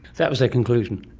that was their conclusion?